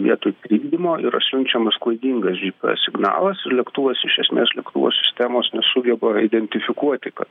vietoj trikdymo yra siunčiamas klaidingas gps signalas ir lėktuvas iš esmės lėktuvo sistemos nesugeba identifikuoti kad